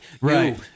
Right